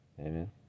amen